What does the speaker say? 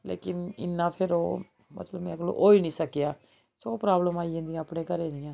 लेकिन इन्ना फ्ही ओह् मेरे कोला होई निं सकेआ सौ प्राब्लमां आई जंदिया अपने घरै दियां